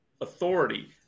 authority